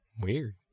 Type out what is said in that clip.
Weird